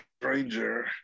stranger